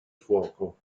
fuoco